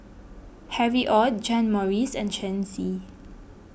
Harry Ord John Morrice and Shen Xi